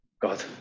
God